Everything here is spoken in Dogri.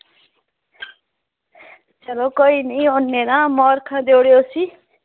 चलो कोई निं औने आं तां मबारखां देई ओड़ेओ उसगी